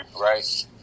right